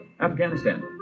Afghanistan